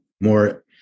more